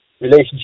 relationship